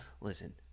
Listen